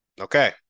okay